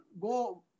go